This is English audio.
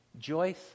Joyce